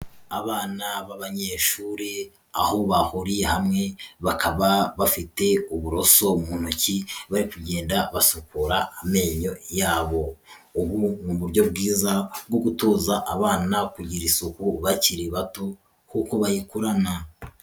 Abana b'abanyeshuri aho bahuriye hamwe, bakaba bafite uburoso mu ntoki, bari kugenda basukura amenyo yabo, ubu ni uburyo bwiza bwo gutoza abana kugira isuku bakiri bato kuko bayikurarana.